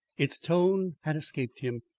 its tone had escaped him.